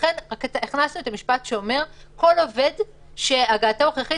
הכנסנו את המשפט שאומר: כל עובד שהגעתו הכרחית